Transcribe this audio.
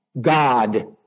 God